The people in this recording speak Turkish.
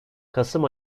kasım